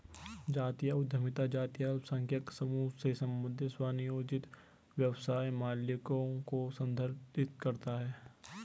जातीय उद्यमिता जातीय अल्पसंख्यक समूहों से संबंधित स्वनियोजित व्यवसाय मालिकों को संदर्भित करती है